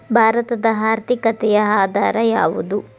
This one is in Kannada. ಭಾರತದ ಆರ್ಥಿಕತೆಯ ಆಧಾರ ಯಾವುದು?